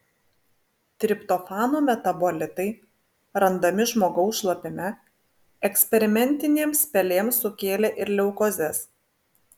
triptofano metabolitai randami žmogaus šlapime eksperimentinėms pelėms sukėlė ir leukozes